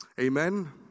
Amen